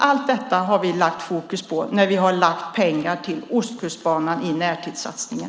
Allt detta har vi satt fokus på när vi har lagt pengar till Ostkustbanan i närtidssatsningen.